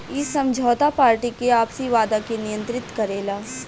इ समझौता पार्टी के आपसी वादा के नियंत्रित करेला